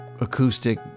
acoustic